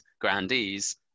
grandees